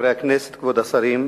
חברי הכנסת, כבוד השרים,